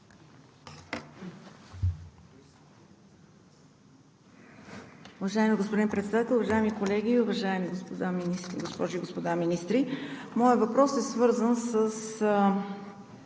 Уважаеми господин Председател, уважаеми колеги, уважаеми госпожи и господа министри! Моят въпрос е свързан с